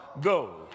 go